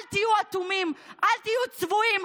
אל תהיו אטומים, אל תהיו צבועים,